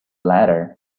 ladder